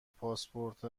پاسپورت